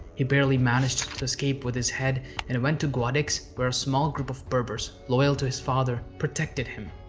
he barely managed to escape with his head and went to guadix where a small group of berbers, loyal to his father protected him.